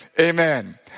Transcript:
Amen